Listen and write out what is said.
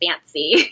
fancy